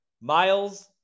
Miles